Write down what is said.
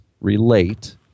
relate